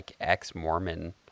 ex-Mormon